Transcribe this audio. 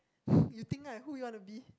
you think lah who you want to be